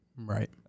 Right